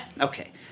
Okay